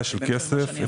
כסף,